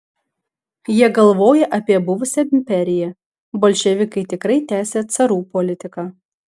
jie galvoja apie buvusią imperiją bolševikai tikrai tęsią carų politiką